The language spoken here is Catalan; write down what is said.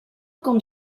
com